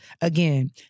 Again